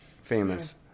famous